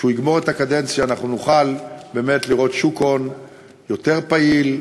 שכשהוא יגמור את הקדנציה אנחנו נוכל באמת לראות שוק הון יותר פעיל,